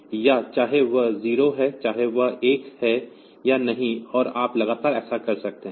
तो चाहे वह 0 है चाहे वह 1 है या नहीं और आप लगातार ऐसा कर सकते हैं